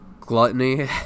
gluttony